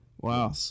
Wow